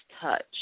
touch